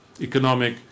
economic